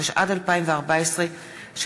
התשע"ד 2014,